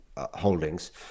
holdings